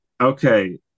Okay